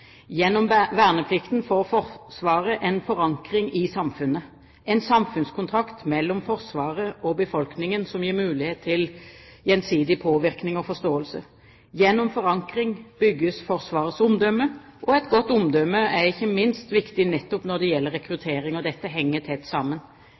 Gjennom verneplikten får Forsvaret en forankring i samfunnet – en samfunnskontrakt mellom Forsvaret og befolkningen som gir mulighet til gjensidig påvirkning og forståelse. Gjennom forankring bygges Forsvarets omdømme. Og et godt omdømme er ikke minst viktig nettopp når det gjelder